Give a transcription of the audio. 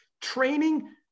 training